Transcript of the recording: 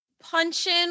punching